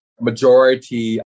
majority